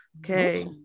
okay